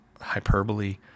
hyperbole